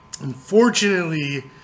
unfortunately